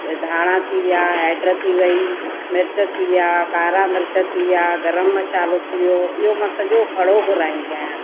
धाणा थी विया हैड थी वई मिर्च थी विया कारा मिर्च थी विया गरम मसाल्हो थी वियो इहो मां सॼो खड़ो घुराईंदी आहियां